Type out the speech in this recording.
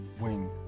win